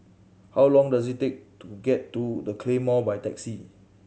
how long does it take to get to The Claymore by taxi